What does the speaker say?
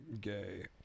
Gay